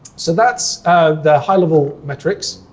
so that's the high-level metrics.